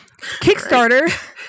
Kickstarter